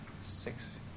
six